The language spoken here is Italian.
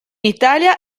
italia